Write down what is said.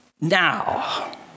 now